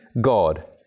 God